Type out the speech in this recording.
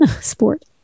sport